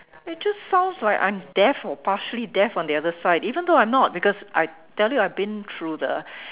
it just sounds like I'm deaf or partially deaf on the other side even though I'm not because I tell you I've been through the